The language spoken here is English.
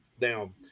Now